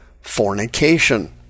fornication